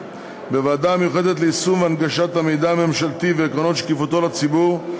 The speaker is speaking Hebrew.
בוועדה המיוחדת ליישום הנגשת המידע הממשלתי ועקרונות שקיפותו לציבור,